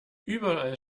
überall